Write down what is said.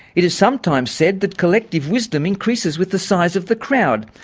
it is sometimes said that collective wisdom increases with the size of the crowd.